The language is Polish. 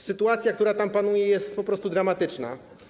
Sytuacja, która tam panuje, jest po prostu dramatyczna.